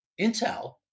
intel